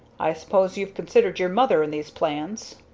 i suppose you've considered your mother in these plans?